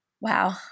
wow